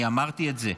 אני אמרתי את זה.